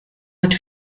hat